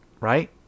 right